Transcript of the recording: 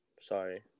Sorry